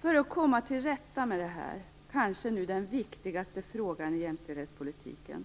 För att komma till rätta med denna den nu kanske viktigaste frågan i jämställdhetspolitiken